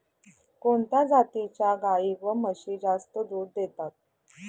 कोणत्या जातीच्या गाई व म्हशी जास्त दूध देतात?